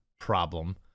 problem